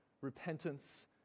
repentance